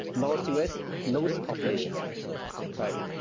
north us, knows population right.